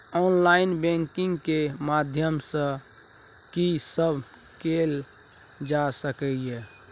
Online banking के माध्यम सं की सब कैल जा सके ये?